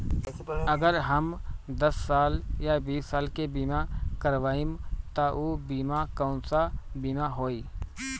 अगर हम दस साल या बिस साल के बिमा करबइम त ऊ बिमा कौन सा बिमा होई?